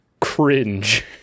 cringe